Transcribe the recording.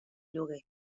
lloguer